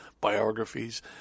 biographies